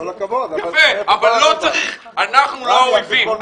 אנחנו לא אויבים.